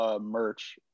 merch